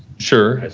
sure.